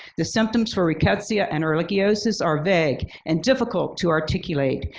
the symptoms for rickettsia and ehrlichiosis are vague and difficult to articulate.